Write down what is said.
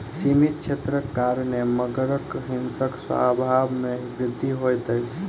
सीमित क्षेत्रक कारणेँ मगरक हिंसक स्वभाव में वृद्धि होइत अछि